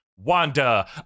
Wanda